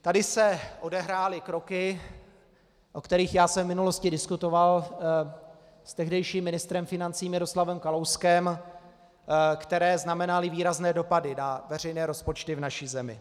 Tady se odehrály kroky, o kterých já jsem v minulosti diskutoval s tehdejším ministrem financí Miroslavem Kalouskem, které znamenaly výrazné dopady na veřejné rozpočty v naší zemi.